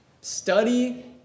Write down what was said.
study